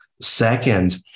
Second